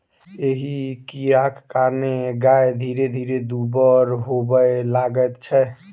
एहि कीड़ाक कारणेँ गाय धीरे धीरे दुब्बर होबय लगैत छै